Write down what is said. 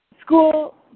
school